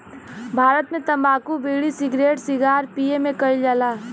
भारत मे तम्बाकू bidi, cigarette cigar पिए मे कइल जाला